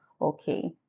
okay